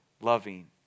Loving